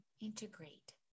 integrate